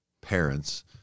parents